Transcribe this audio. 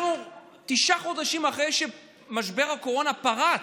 אנחנו תשעה חודשים אחרי שמשבר הקורונה פרץ,